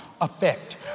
Effect